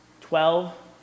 Twelve